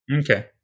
Okay